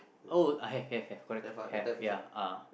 oh I have have have correct have ya uh